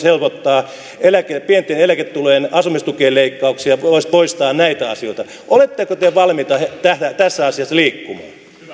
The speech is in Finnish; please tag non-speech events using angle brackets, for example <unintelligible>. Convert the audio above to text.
<unintelligible> helpottaa pienten eläketulojen asumistukien leikkauksia voisi poistaa näitä asioita oletteko te valmiita tässä asiassa liikkumaan